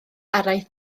araith